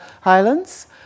Highlands